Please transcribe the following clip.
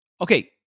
Okay